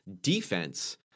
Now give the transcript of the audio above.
defense